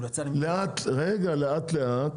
לאט לאט